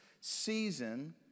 season